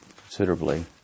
considerably